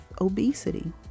obesity